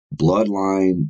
bloodline